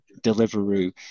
deliveroo